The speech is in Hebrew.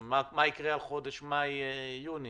מה יקרה בחודשים מאי-יוני?